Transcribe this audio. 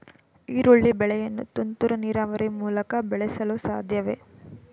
ಈರುಳ್ಳಿ ಬೆಳೆಯನ್ನು ತುಂತುರು ನೀರಾವರಿ ಮೂಲಕ ಬೆಳೆಸಲು ಸಾಧ್ಯವೇ?